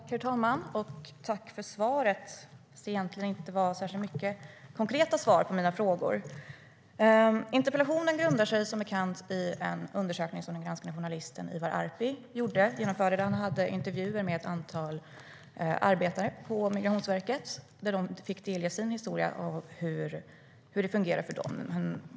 Herr talman! Jag tackar för svaret, fast det egentligen inte var särskilt mycket konkreta svar på mina frågor. Interpellationen grundar sig som bekant i en undersökning som den granskande journalisten Ivar Arpi har gjort. Han har genomfört intervjuer med ett antal medarbetare på Migrationsverket, där de fick ge sin historia när det gäller hur det fungerar för dem.